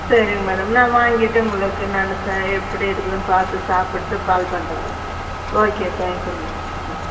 சரிங்க மேடம் நான் வாங்கிட்டு உங்களுக்கு நான் எப்படி இருக்குதுன்னு பார்த்து சாப்பிட்டு கால் பண்ணுறேன் ஓகே தேங்க்யூ மேடம் ம்